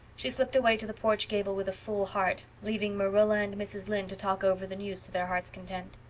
she slipped away to the porch gable with a full heart, leaving marilla and mrs. lynde to talk over the news to their hearts' content.